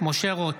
משה רוט,